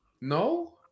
No